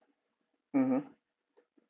mmhmm